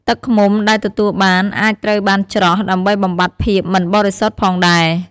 ទឹកឃ្មុំដែលទទួលបានអាចត្រូវបានច្រោះ ដើម្បីបំបាត់ភាពមិនបរិសុទ្ធផងដែរ។